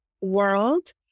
world